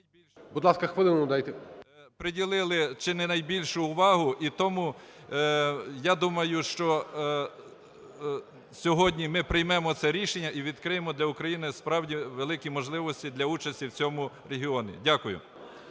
Будь ласка, хвилину надайте. НЕГОДА В.А. Приділили чи не найбільшу увагу. І тому, я думаю, що сьогодні ми приймемо це рішення і відкриємо для України справді великі можливості для участі в цьому регіоні. Дякую.